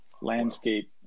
landscape